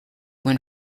when